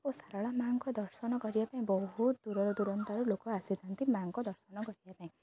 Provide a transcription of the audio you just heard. ଓ ସାରଳା ମାଙ୍କ ଦର୍ଶନ କରିବା ପାଇଁ ବହୁତ ଦୂର ଦୂୁରାନ୍ତରୁ ଲୋକ ଆସିଥାନ୍ତି ମାଆଙ୍କ ଦର୍ଶନ କରିବା ପାଇଁ